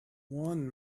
one